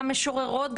גם משוררות,